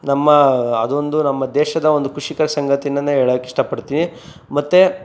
ನಮ್ಮ ಅದೊಂದು ನಮ್ಮ ದೇಶದ ಒಂದು ಖುಷಿಕರ ಸಂಗತಿ ಅಂತ ಹೇಳಕ್ ಇಷ್ಟಪಡ್ತಿನಿ ಮತ್ತು